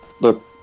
look